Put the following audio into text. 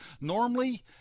normally